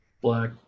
Black